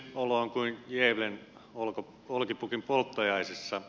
olo on kuin gävlen olkipukin polttajaisissa